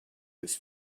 this